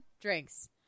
Drinks